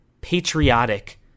patriotic